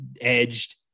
edged